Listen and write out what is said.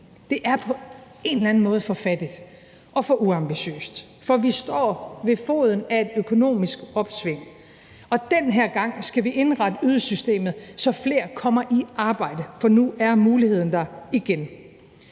Det er på en eller anden måde for fattigt og for uambitiøst, for vi står ved foden af et økonomisk opsving, og den her gang skal vi indrette ydelsessystemet, så flere kommer i arbejde, for nu er muligheden der igen.